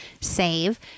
save